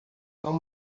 não